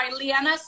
Liana